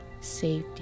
safety